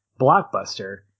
blockbuster